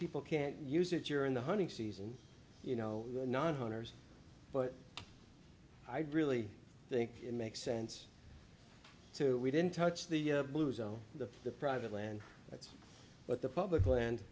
people can't use it you're in the hunting season you know non hunters but i really think it makes sense to we didn't touch the blue zone the the private land that's what the public land